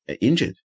injured